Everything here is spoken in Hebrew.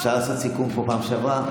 אפשר לעשות סיכום כמו בפעם שעברה.